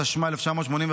התשמ"ה 1985,